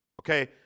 Okay